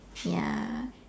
ya